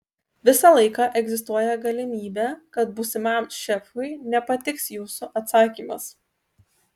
visą laiką egzistuoja galimybė kad būsimam šefui nepatiks jūsų atsakymas